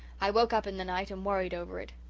i woke up in the night and worried over it.